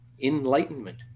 enlightenment